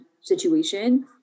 situation